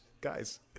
guys